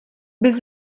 bys